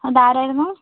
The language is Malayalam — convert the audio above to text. അതെ ആര് ആയിരുന്നു